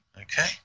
Okay